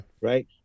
right